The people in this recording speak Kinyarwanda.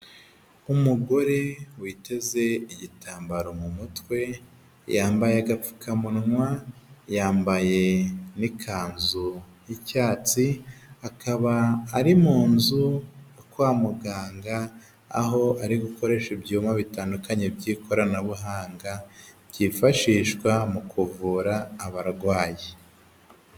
Umugore witeze igitambaro mu mutwe yambaye agapfukamunwa yambaye n'ikanzu y'icyatsi akaba ari mu nzu kwa muganga aho ari gukoresha ibyuma bitandukanye by'ikoranabuhanga byifashishwa mu kuvura abarwayi.